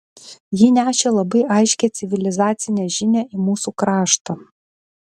ji nešė labai aiškią civilizacinę žinią į mūsų kraštą